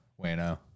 Wayno